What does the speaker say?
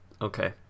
Okay